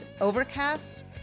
Overcast